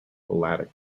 philatelic